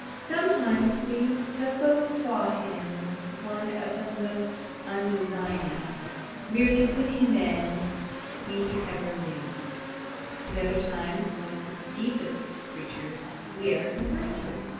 sometimes we have both thought him one of the most undesigning merely witty men we ever knew at other times one of the deepest creatures we ever conversed with.